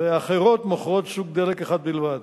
ואחרות מוכרות סוג דלק אחד בלבד.